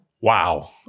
wow